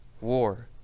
war